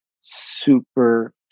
super